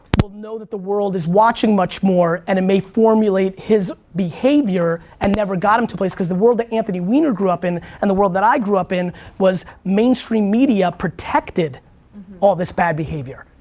will know that the world is watching much more and it may formulate his behavior and never got into place because the world that anthony wiener grew up in and the world that i grew up in was mainstream media protected all this bad behavior.